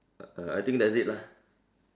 uh I think that's it lah